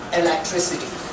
electricity